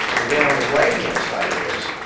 and then on the right-hand side of this,